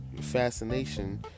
fascination